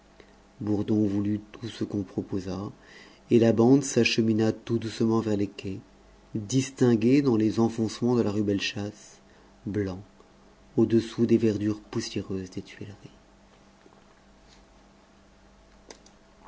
bourdon voulut tout ce qu'on proposa et la bande s'achemina tout doucement vers les quais distingués dans les enfoncements de la rue bellechasse blancs au-dessous des verdures poussiéreuses des tuileries